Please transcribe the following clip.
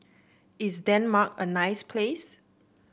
is Denmark a nice place